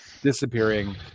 disappearing